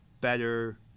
Better